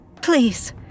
Please